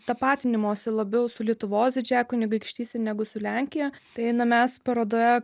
tapatinimosi labiau su lietuvos didžiąja kunigaikštyste negu su lenkija tai na mes parodoje